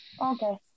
Okay